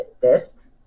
test